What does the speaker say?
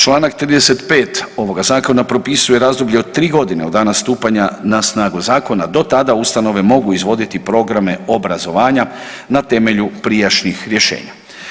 Čl. 35. ovoga zakona propisuje razdoblje od 3.g. od dana stupanja na snagu zakona, do tada ustanove mogu izvoditi programe obrazovanja na temelju prijašnjih rješenja.